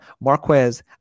Marquez